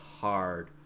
hard